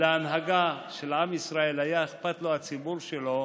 להנהגה של עם ישראל, היה אכפת לו הציבור שלו,